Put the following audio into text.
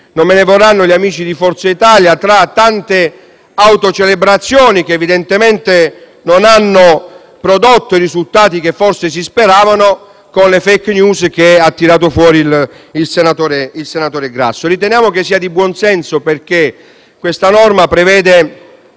non me ne vorranno gli amici di Forza Italia - tra tante autocelebrazioni, che evidentemente non hanno prodotto i risultati che forse si speravano, e tra le *fake news* che ha tirato fuori il senatore Grasso. Riteniamo che sia una norma di buon senso, perché prevede